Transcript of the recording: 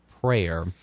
prayer